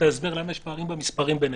ההסבר למה יש פערים במספרים בינינו: